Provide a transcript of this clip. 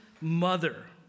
mother